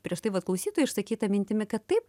prieš tai vat klausytojo išsakyta mintimi kad taip